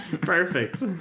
Perfect